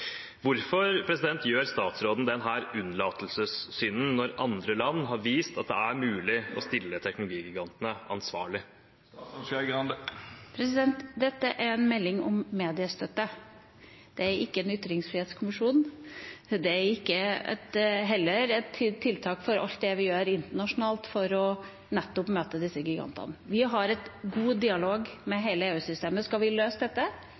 gjør statsråden denne unnlatelsessynden når andre land har vist at det er mulig å stille teknologigigantene ansvarlig? Dette er en melding om mediestøtte. Det er ikke en ytringsfrihetskommisjon, det er heller ikke et tiltak i forbindelse med alt det vi gjør internasjonalt for nettopp å møte disse gigantene. Vi har en god dialog med hele EU-systemet. Skal vi løse dette,